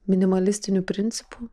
minimalistiniu principu